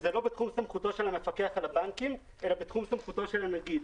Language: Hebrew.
זה לא בתחום סמכותו של המפקח על הבנקים אלא בתחום סמכותו של הנגיד.